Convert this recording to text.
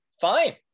fine